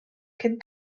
cyn